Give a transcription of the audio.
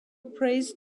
praised